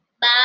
Bye